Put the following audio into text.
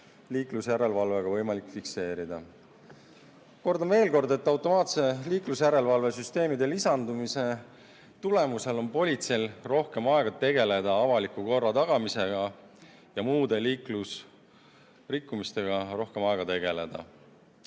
liiklusjärelevalvega võimalik fikseerida. Kordan veel kord, et automaatsete liiklusjärelevalvesüsteemide lisandumise tulemusel on politseil rohkem aega tegeleda avaliku korra tagamisega ja muude liiklusrikkumistega. Lõpetuseks tooksin